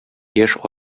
яшь